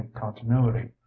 continuity